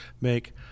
make